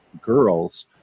girls